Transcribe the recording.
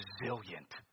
resilient